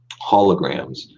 holograms